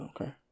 Okay